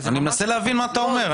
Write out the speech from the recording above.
אני מנסה להבין מה אתה אומר.